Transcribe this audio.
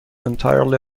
entirely